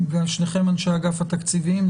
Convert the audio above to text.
שניכם אנשי אגף התקציבים.